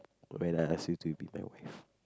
when I ask you to prepare your brief